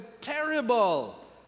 terrible